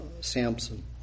Samson